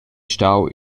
stau